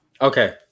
Okay